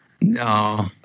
No